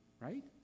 right